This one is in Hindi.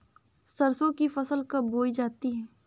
सरसों की फसल कब बोई जाती है?